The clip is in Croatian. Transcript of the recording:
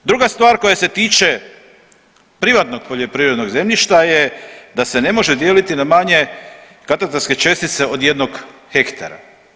Druga stvar koja se tiče privatnog poljoprivrednog zemljišta je da se ne može dijeliti na manje katastarske čestice od jednog hektara.